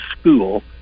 school